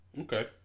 Okay